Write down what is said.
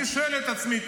אני שואל את עצמי,